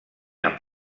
amb